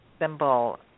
symbol